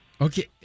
okay